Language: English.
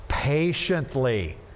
patiently